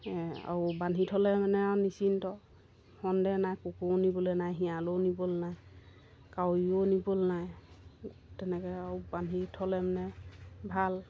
আৰু বান্ধি থ'লে মানে আৰু নিচিন্ত সন্দেহ নাই কুকুৰেও নিবলৈ নাই শিঁয়ালেও নিবলৈ নাই কাউৰীয়েও নিবলৈ নাই তেনেকৈ আৰু বান্ধি থ'লে মানে ভাল